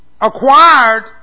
acquired